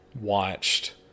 watched